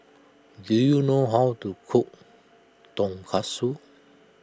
do you know how to cook Tonkatsu